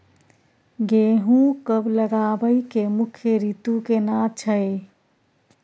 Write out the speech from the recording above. गेहूं कब लगाबै के मुख्य रीतु केना छै?